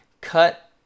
cut